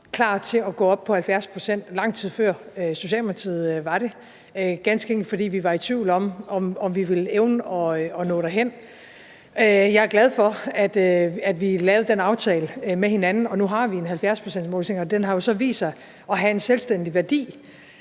klar til at gå op på 70 procent, lang tid før Socialdemokratiet var det – ganske enkelt fordi vi var i tvivl om, om vi ville evne at nå derhen. Jeg er glad for, at vi lavede den aftale med hinanden. Nu har vi en 70-procentsmålsætning, og den har jo så vist sig at have en selvstændig værdi